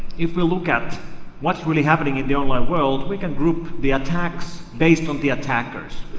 if we look at what's really happening in the online world, we can group the attacks based on the attackers.